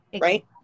Right